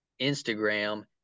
instagram